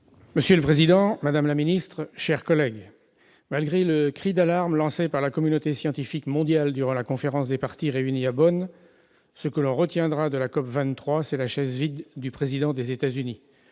Monsieur le président, madame la secrétaire d'État, mes chers collègues, malgré le cri d'alarme lancé par la communauté scientifique mondiale durant la Conférence des Parties réunie à Bonn, ce que l'on retiendra de la COP23, c'est la chaise vide du président des États-Unis.